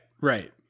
right